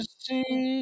see